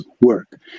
work